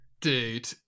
dude